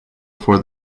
for